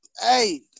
Hey